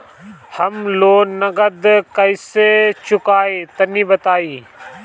हम लोन नगद कइसे चूकाई तनि बताईं?